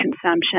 consumption